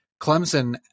Clemson